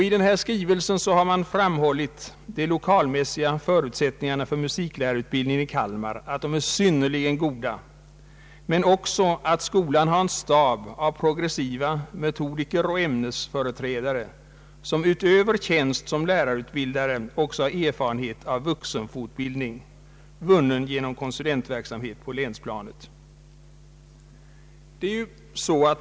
I skrivelsen har framhållits att de lokalmässiga förutsättningarna för musiklärarutbildning i Kalmar är synnerligen goda men också att skolan har en stab av progressiva metodiker och ämnesföreträdare, som utöver tjänst såsom lärar utbildare också har erfarenhet av vuxenfortbildning, vunnen genom konsulentverksamhet på länsplanet.